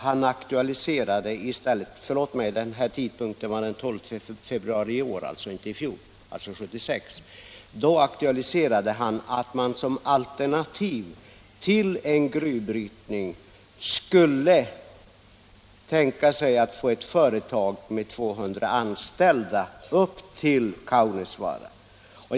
Han aktualiserade att man som alternativ till gruvbrytning skulle kunna tänka sig att få ett företag med 200 anställda förlagt till Pajala.